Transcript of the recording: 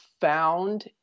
found